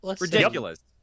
Ridiculous